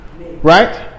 Right